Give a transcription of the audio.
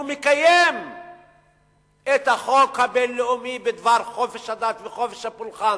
מקיים את החוק הבין-לאומי בדבר חופש הדת וחופש הפולחן,